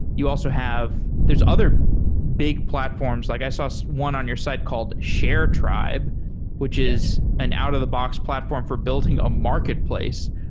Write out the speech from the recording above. you also have there are other big platforms. like i saw saw one on your site called sharetribe, which is an out of-the-box platform for building a marketplace,